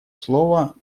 слово